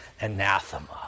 anathema